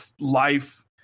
life